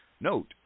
note